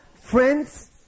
friends